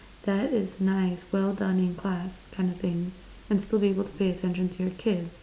that is nice well done in class kind of thing and still be able to pay attention to your kids